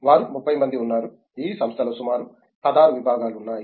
వారు 30 మంది ఉన్నారు ఈ సంస్థలో సుమారు 16 విభాగాలు ఉన్నాయి